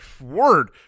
word